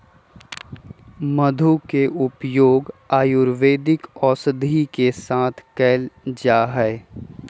मधु के उपयोग आयुर्वेदिक औषधि के साथ कइल जाहई